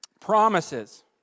promises